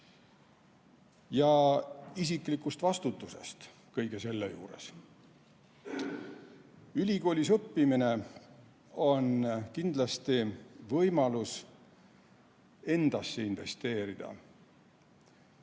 ja isiklikku vastutust kõige selle juures. Ülikoolis õppimine on kindlasti võimalus endasse investeerida